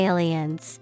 Aliens